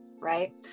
right